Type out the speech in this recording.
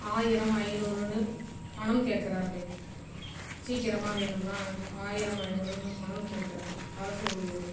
ஆயிரம் ஐநூறுனு பணம் கேட்குறார்கள் சீக்கிரமாக வேணும்னா ஆயிரம் ஐநூறுன்னு பணம் கேட்குறார்கள் அரசு ஊழியர்கள்